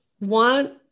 want